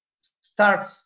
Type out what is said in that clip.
start